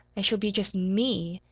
i shall be just me.